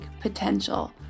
potential